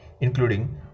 including